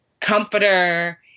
comforter